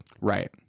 Right